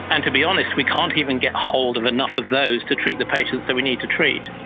and to be honest we can't even get hold of enough of those to treat the patients that we need to treat.